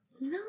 No